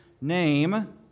name